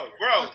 bro